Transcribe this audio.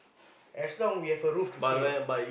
as long we have a roof to stay lah